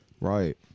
Right